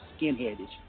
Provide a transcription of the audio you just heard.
skinheadish